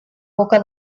boca